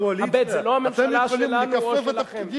אתם בקואליציה, הבט, זו לא הממשלה שלנו או שלכם.